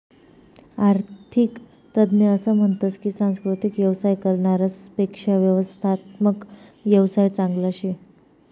आरर्थिक तज्ञ असं म्हनतस की सांस्कृतिक येवसाय करनारास पेक्शा व्यवस्थात्मक येवसाय चांगला शे